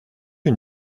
une